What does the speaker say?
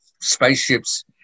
spaceships